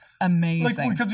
Amazing